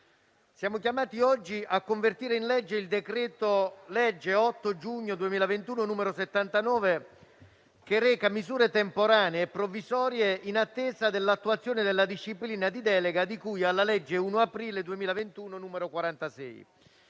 siamo chiamati a convertire in legge il decreto-legge 8 giugno 2021, n. 79, che reca misure temporanee e provvisorie in attesa dell'attuazione della disciplina di delega di cui alla legge 1° aprile 2021, n. 46,